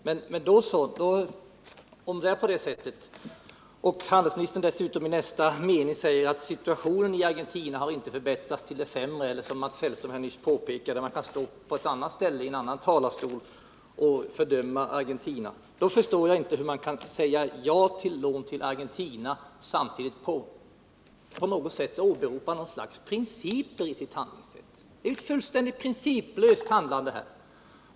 Men om handelsministern i nästa mening säger att situationen i Argentina inte har utvecklats till det bättre — och om man dessutom, som Mats Hellström nyss påpekade, från en annan talarstol och på en annan plats kan fördöma Argentina — kan jag inte förstå hur man kan säga ja till lån till Argentina och samtidigt åberopa något slags principer för sitt handlande. Det är fråga om ett fullständigt principlöst handlande.